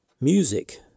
Music